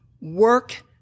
Work